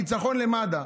שאומרת: ניצחון למד"א.